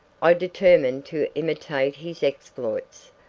i determined to imitate his exploits.